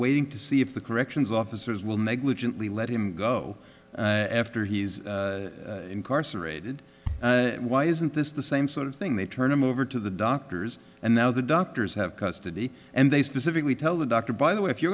waiting to see if the corrections officers will negligently let him go after he's incarcerated why isn't this the same sort of thing they turned him over to the doctors and now the doctors have custody and they specifically tell the doctor by the way if you